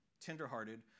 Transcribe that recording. tenderhearted